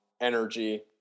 energy